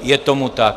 Je tomu tak.